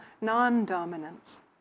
non-dominance